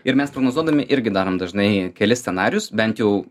ir mes prognozuodami irgi darom dažnai kelis scenarijus bent jau